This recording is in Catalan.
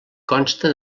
consta